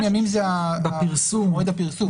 60 ימים זה מועד הפרסום.